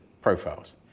profiles